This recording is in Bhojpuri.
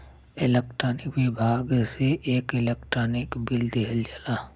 इलेक्ट्रानिक विभाग से एक इलेक्ट्रानिक बिल दिहल जाला